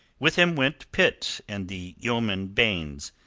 with him went pitt and the yeoman baynes.